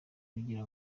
kugira